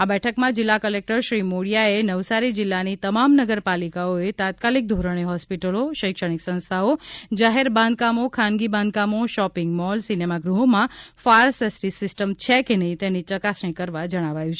આ બેઠકમાં જિલ્લા ક્લેક્ટર શ્રી મોડીયાએ નવસારી જિલ્લાની તમામ નગરપાલિકાઓએ તાત્કાલિક ધોરણે હોસ્પિટલો શૈક્ષણિક સંસ્થાઓ જાહેર બાંધકામો ખાનગી બાંધકામો શોપિંગ મોલ સિનેમાગૃહોમાં ફાયર સેફટી સિસ્ટમ છે કે નહીં તેની ચકાસણી કરવા જણાવાયું છે